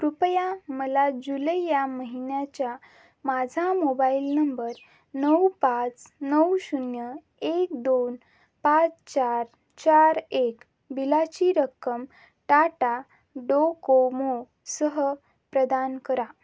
कृपया मला जुलै या महिन्याच्या माझा मोबाईल नंबर नऊ पाच नऊ शून्य एक दोन पाच चार चार एक बिलाची रक्कम टाटा डोकोमोसह प्रदान करा